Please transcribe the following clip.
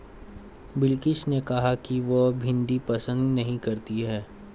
बिलकिश ने कहा कि वह भिंडी पसंद नही करती है